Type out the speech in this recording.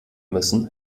müssen